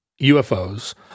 UFOs